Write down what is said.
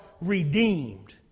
redeemed